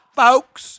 folks